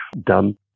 done